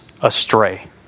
astray